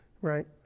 right